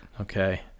Okay